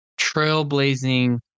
trailblazing